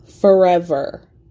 forever